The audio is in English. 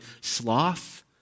sloth